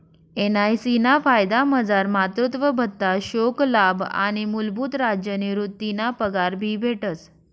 NIC ना फायदामझार मातृत्व भत्ता, शोकलाभ आणि मूलभूत राज्य निवृतीना पगार भी भेटस